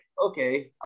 okay